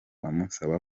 amusaba